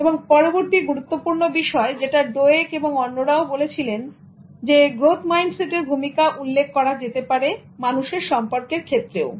এখন পরবর্তী গুরুত্বপূর্ণ বিষয় যেটা ডোয়েকএবং অন্যরাও Carol Dweck and others বলেছিলেন গ্রোথ মাইন্ডসেটের ভূমিকা উল্লেখ করে যেতে পারে মানুষের সম্পর্কের ক্ষেত্রেও